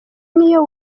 niyo